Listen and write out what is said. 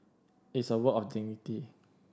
it's a work of dignity